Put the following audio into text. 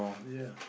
yeah